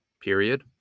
period